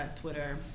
Twitter